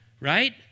right